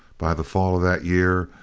by the fall of that year,